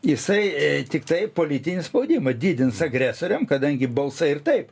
jisai tiktai politinį spaudimą didins agresoriam kadangi balsai ir taip